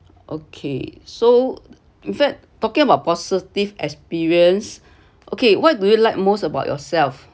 okay so in fact talking about positive experience okay what do you like most about yourself